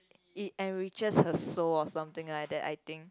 it enrich her soul or something like that I think